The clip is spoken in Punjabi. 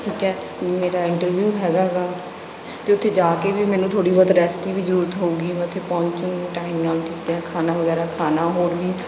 ਠੀਕ ਹੈ ਮੇਰਾ ਇੰਟਰਵਿਊ ਹੈਗਾ ਗਾ ਅਤੇ ਉੱਥੇ ਜਾ ਕੇ ਵੀ ਮੈਨੂੰ ਥੋੜ੍ਹੀ ਬਹੁਤ ਰੈਸਟ ਦੀ ਵੀ ਜ਼ਰੂਰਤ ਹੋਵੇਗੀ ਮੈਂ ਉੱਥੇ ਪਹੁੰਚੂਗੀ ਟਾਈਮ ਨਾਲ ਠੀਕ ਹੈ ਖਾਣਾ ਵਗੈਰਾ ਖਾਣਾ ਹੋਰ ਵੀ